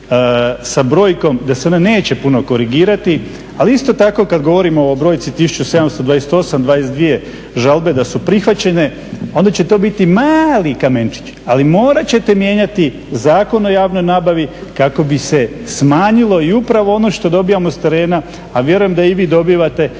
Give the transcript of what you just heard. sa brojkom, da se one neće puno korigirati. Ali isto tako kad govorimo o brojci 1728, 22 žalbe da su prihvaćene, onda će to biti mali kamenčić, ali morat ćete mijenjati Zakon o javnoj nabavi kako bi se smanjilo i upravo ono što dobivamo sa terena, a vjerujem da i vi dobivate